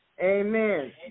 Amen